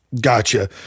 Gotcha